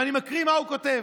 ואני מקריא מה הוא כותב: